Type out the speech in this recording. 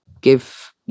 give